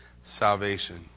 salvation